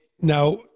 now